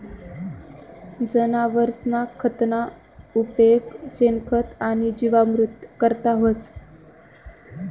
जनावरसना खतना उपेग शेणखत आणि जीवामृत करता व्हस